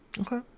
Okay